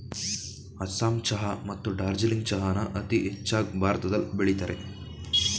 ಅಸ್ಸಾಂ ಚಹಾ ಮತ್ತು ಡಾರ್ಜಿಲಿಂಗ್ ಚಹಾನ ಅತೀ ಹೆಚ್ಚಾಗ್ ಭಾರತದಲ್ ಬೆಳಿತರೆ